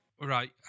Right